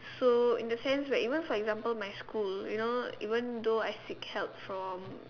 so in the sense where even for example my school you know even though I seek help from